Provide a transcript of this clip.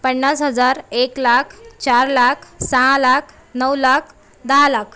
पन्नास हजार एक लाख चार लाख सहा लाख नऊ लाख दहा लाख